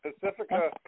Pacifica